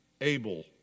Abel